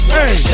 Hey